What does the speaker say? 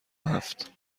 هفت